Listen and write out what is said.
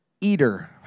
eater